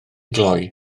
gloi